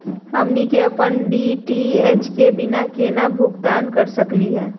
हमनी के अपन डी.टी.एच के बिल केना भुगतान कर सकली हे?